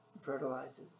fertilizes